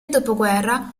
dopoguerra